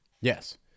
Yes